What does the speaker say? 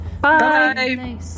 Bye